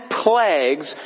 plagues